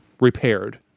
repaired